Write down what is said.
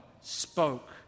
spoke